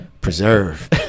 preserve